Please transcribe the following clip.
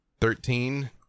Thirteen